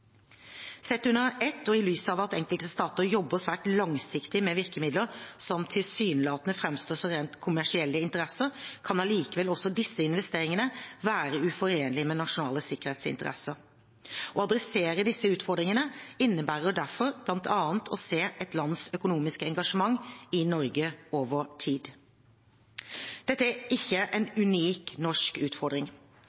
Sett under ett, og i lys av at enkelte stater jobber svært langsiktig med virkemidler som tilsynelatende framstår som rent kommersielle interesser, kan allikevel også disse investeringene være uforenelige med nasjonale sikkerhetsinteresser. Å adressere disse utfordringene innebærer derfor bl.a. å se et lands økonomiske engasjement i Norge over tid. Dette er ikke en